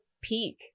peak